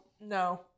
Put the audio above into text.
no